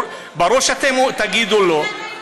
ברור שאתם תגידו לא.